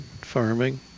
farming